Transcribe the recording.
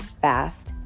fast